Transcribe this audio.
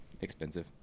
expensive